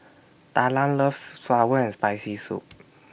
Talan loves Sour and Spicy Soup